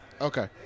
Okay